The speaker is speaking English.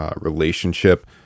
relationship